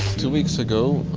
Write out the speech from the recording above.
two weeks ago,